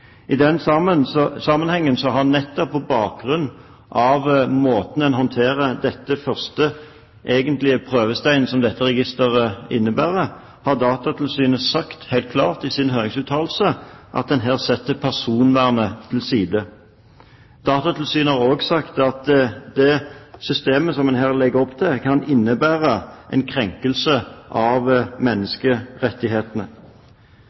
I den sammenheng har Datatilsynet nettopp på bakgrunn av måten en håndterer denne første egentlige prøvesteinen på, som dette registeret innebærer å være, sagt helt klart i sin høringsuttalelse at en her setter personvernet til side. Datatilsynet har også sagt at det systemet en her legger opp til, kan innebære en krenkelse av